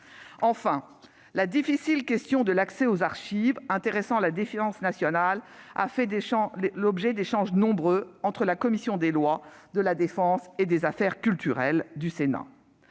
à la difficile question de l'accès aux archives intéressant la défense nationale, elle a fait l'objet d'échanges nombreux entre les commissions des lois, de la défense et des affaires culturelles du Sénat.